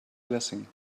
blessing